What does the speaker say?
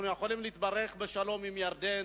אנחנו יכולים להתברך בשלום עם ירדן,